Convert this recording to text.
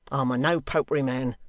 i'm a no-popery man,